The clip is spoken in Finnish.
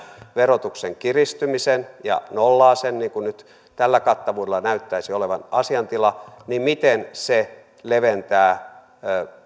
verotuksen kiristymisen ja nollaa sen niin kuin nyt tällä kattavuudella näyttäisi olevan asiantila niin miten se leventää